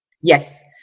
Yes